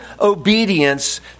obedience